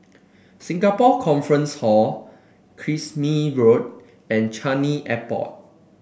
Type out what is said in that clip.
Singapore Conference Hall Kismis Road and Changi Airport